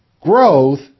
growth